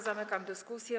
Zamykam dyskusję.